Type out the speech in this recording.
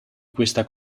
questa